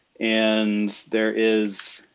and there is